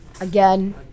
Again